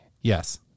Yes